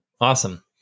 awesome